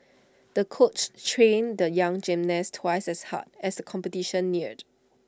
the coach trained the young gymnast twice as hard as competition neared